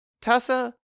Tessa